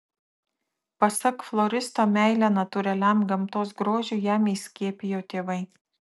pasak floristo meilę natūraliam gamtos grožiui jam įskiepijo tėvai